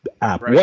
app